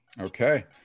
okay